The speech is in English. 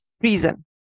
reason